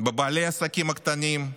בבעלי העסקים הקטנים.